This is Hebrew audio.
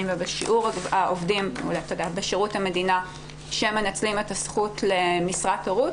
ובשיעור העובדים בשירות המדינה שמנצלים את הזכות למשרת הורות.